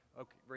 Okay